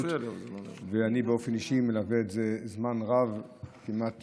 אני באופן אישי מלווה את זה זמן רב, כמעט